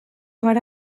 gara